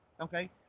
okay